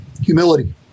humility